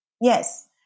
Yes